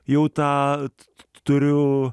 jau tad turiu